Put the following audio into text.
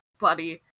buddy